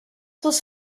was